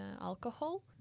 alcohol